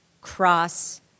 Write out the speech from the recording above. cross